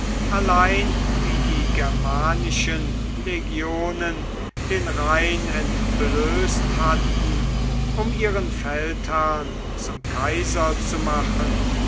allein wie die germanischen legionen den rhein entblößt hatten um ihren feldherrn zum kaiser zu machen